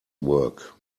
work